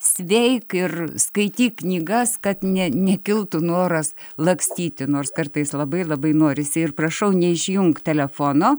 sveik ir skaityk knygas kad ne nekiltų noras lakstyti nors kartais labai labai norisi ir prašau neišjunk telefono